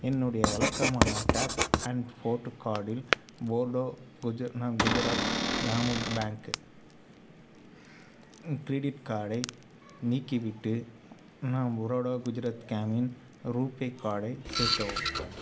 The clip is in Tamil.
என்னுடைய வழக்கமான டேப் அண்ட் ஃபோர்ட்டு கார்டில் போர்டோ குஜ குஜராட் கிராமிக் பேங்க்கு க்ரிடிட் கார்டை நீக்கிவிட்டு நான் பரோடா குஜராத் கிராமின் பேங்க் ரூபே கார்டை சேர்க்கவும்